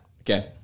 Okay